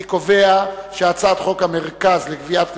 אני קובע שחוק המרכז לגביית קנסות,